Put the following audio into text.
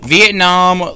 Vietnam